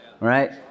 right